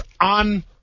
on